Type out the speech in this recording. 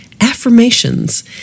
affirmations